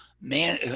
man